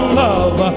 love